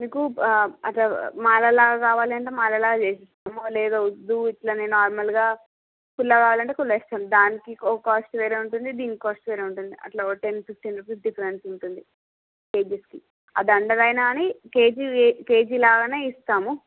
మీకు అట్లా మాలలాగా కావాలంటే మాలలాగా చేసి ఇస్తాం లేదు వద్దు ఇట్లనే నార్మల్ గా కుల్ల కావాలంటే కుల్ల ఇస్తాం దానికి ఒక కాస్ట్ వేరే ఉంటుంది దీనికి కాస్ట్ వేరే ఉంటుంది అట్లా టెన్ ఫిఫ్టీన్ రూపీస్ డిఫరెన్స్ ఉంటుంది కెజీస్కి ఆ దండలైన గాని కేజీ కేజీ లాగానే ఇస్తాము